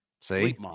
see